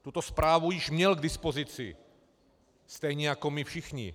Tuto zprávu již měl k dispozici stejně jako my všichni.